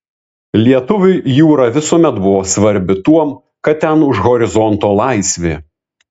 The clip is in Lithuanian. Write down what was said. lietuviui jūra visuomet buvo svarbi tuom kad ten už horizonto laisvė